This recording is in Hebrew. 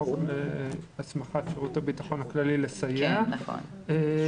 חוק הסמכת שירות הביטחון הכללי לסייע בנושא.